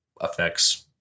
affects